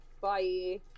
Bye